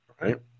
right